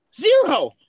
Zero